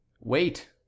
Wait